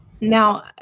Now